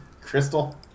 Crystal